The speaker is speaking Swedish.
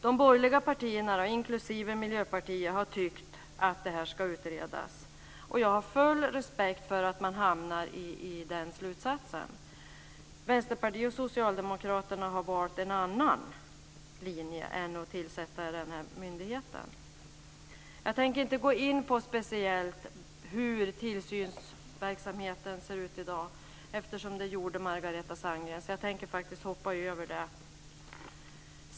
De borgerliga partierna, inklusive Miljöpartiet, har tyckt att detta ska utredas. Jag har full respekt för att man kan komma till den slutsatsen. Vänsterpartiet och Socialdemokraterna har valt en annan linje än att tillsätta en myndighet. Jag tänker inte speciellt gå in på hur tillsynsverksamheten ser ut i dag, eftersom Margareta Sandgren gjorde det. Jag tänker faktiskt hoppa över det.